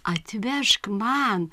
atvežk man